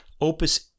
opus